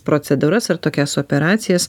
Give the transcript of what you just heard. procedūras ar tokias operacijas